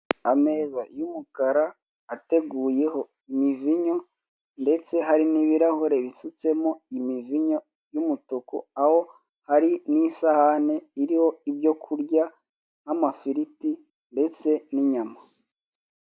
Ameza y'umukara, ateguyeho imivinyo, ndetse hari n'ibirahure bisutsemo imivinyo y'umutuku, aho hari n'isahane iriho ibyo kurya; nk'amafiriti ndetse ninyama.